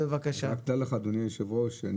אדוני היושב ראש,